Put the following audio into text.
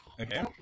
Okay